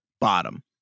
bottom